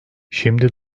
şimdi